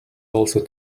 also